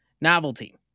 Novelty